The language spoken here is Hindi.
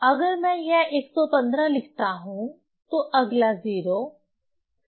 अगर मैं यह 115 लिखता हूं तो अगला 0 यह इसके करीब होगा